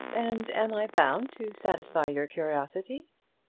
and am i bound to satisfy your curiosity?